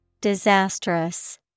Disastrous